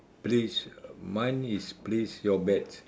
place mine is place your bet